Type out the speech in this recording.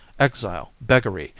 exile, beggary,